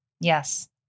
Yes